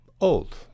old